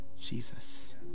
Jesus